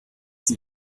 sie